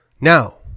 Now